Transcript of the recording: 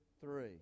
three